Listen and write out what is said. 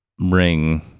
Ring